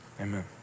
Amen